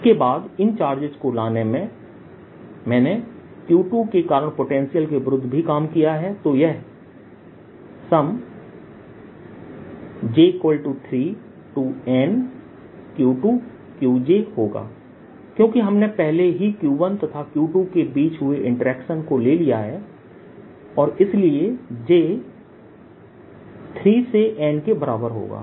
इसके बाद इन चार्जेस को लाने में मैंने Q2 के कारण पोटेंशियल के विरुद्ध भी काम किया है तो यह j3NQ2Qjहोगा क्योंकि हमने पहले ही Q1 तथा Q2 के बीच हुए इंटरेक्शन को ले लिया है और इसीलिए J 3 से N के बराबर होगा